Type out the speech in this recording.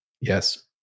Yes